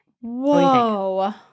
Whoa